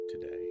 today